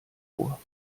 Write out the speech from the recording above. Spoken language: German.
vor